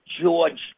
george